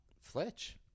Fletch